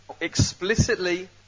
explicitly